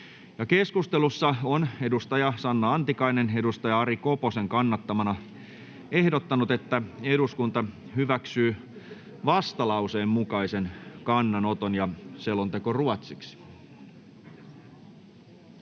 Keskustelussa on Sanna Antikainen Ari Koposen kannattamana ehdottanut, että eduskunta hyväksyy vastalauseen mukaisen kannanoton. [Speech